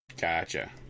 Gotcha